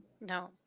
No